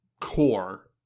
core